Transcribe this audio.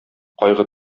кайгы